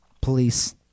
police